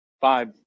five